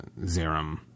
Zerum